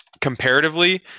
Comparatively